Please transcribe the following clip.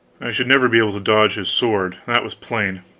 i should never be able to dodge his sword, that was plain.